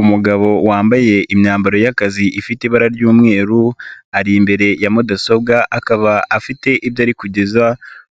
Umugabo wambaye imyambaro y'akazi ifite ibara ry'umweru ari imbere ya mudasobwa akaba afite ibyo ari kugeza